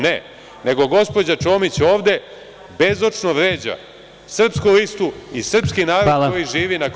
Ne, nego gospođa Čomić ovde bezočno vreća Srpsku listu i srpski narod koji živi na KiM.